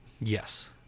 yes